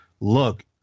look